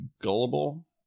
gullible